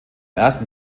ersten